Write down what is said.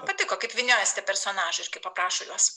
patiko kaip vyniojasi tie personažai ir kaip aprašo juos